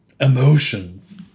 Emotions